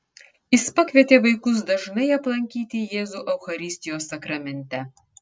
jis pakvietė vaikus dažnai aplankyti jėzų eucharistijos sakramente